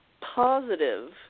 positive